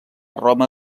roma